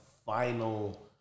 final